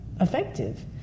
effective